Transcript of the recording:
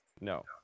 No